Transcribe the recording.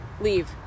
Leave